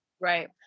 Right